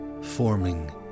forming